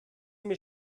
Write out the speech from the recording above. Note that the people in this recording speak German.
mir